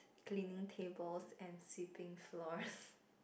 cleaning tables and sweeping floors